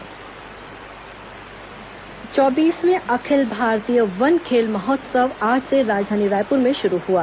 one खेल महोत्सव चौबीसवीं अखिल भारतीय वन खेल महोत्सव आज से राजधानी रायपुर में शुरू हुआ